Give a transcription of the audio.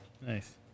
Nice